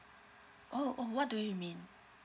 oh oh what do you mean